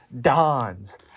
Don's